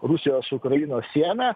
rusijos ukrainos sieną